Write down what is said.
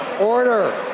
Order